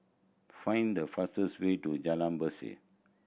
find the fastest way to Jalan Berseh